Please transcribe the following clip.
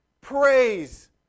Praise